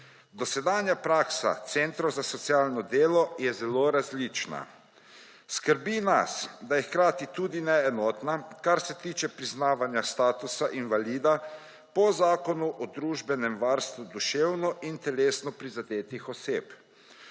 Dosedanja praksa centrov za socialno delo je zelo različna. Skrbi nas, da je hkrati tudi neenotna, kar se tiče priznavanja statusa invalida po Zakonu o družbenem varstvu duševno in telesno prizadetih oseb.